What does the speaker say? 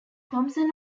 thompson